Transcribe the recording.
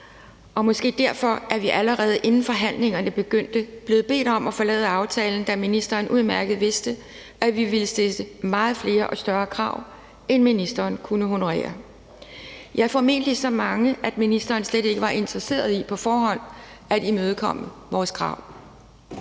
og måske derfor blev vi, allerede inden forhandlingen begyndte, bedt om at forlade forhandlingerne, da ministeren udmærket godt vidste, at vi ville stille mange flere og større krav, end ministeren kunne honorere, ja, formentlig så mange, at ministeren på forhånd slet ikke var interesseret i at imødekomme vores krav.